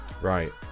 Right